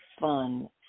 fun